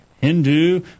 Hindu